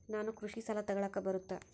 ನಾನು ಕೃಷಿ ಸಾಲ ತಗಳಕ ಬರುತ್ತಾ?